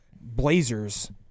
Blazers